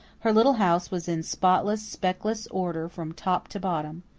her little house was in spotless, speckless order from top to bottom.